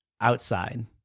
outside